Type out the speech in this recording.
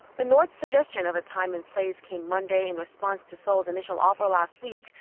the north's suggestion of a time and place came monday in response to seoul's initial offer last week,